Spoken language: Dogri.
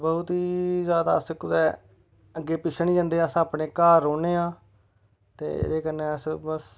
बहुत ही जैदा सक्बै अग्गें पिच्छें नीं जंदे अस ते अपने घार रौंह्न्ने आं ते इ'दे कन्नै अस